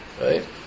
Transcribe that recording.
Right